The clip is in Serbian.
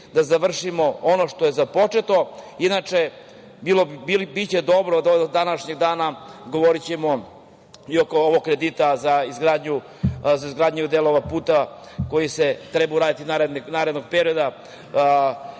da završimo ono što je započeto. Inače, dobro je što ćemo tokom današnjeg dana govoriti i oko ovog kredita za izgradnju delova puta koji se treba uraditi u narednom periodu,